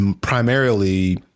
primarily